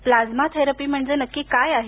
plasma therapy म्हणजे नक्की काय आहे